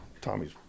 Tommy's